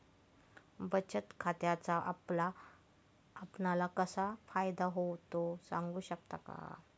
बचत खात्याचा आपणाला कसा फायदा होतो? सांगू शकता का?